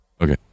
Okay